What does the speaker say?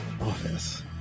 office